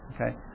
okay